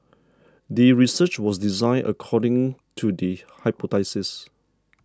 the research was designed according to the hypothesis